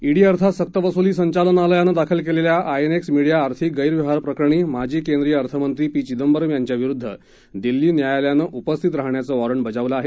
ED अर्थात सक्तवसुली संचालनालयानं दाखल केलेल्या आय एन एक्स मीडिया आर्थिक गैरव्यवहार प्रकरणी माजी केंद्रीय अर्थमंत्री पी चिदंबरम यांच्याविरुद्ध दिल्ली न्यायालयानं उपस्थित राहण्याचं वॉरंट बजावलं आहे